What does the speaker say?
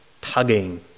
tugging